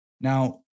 Now